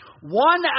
One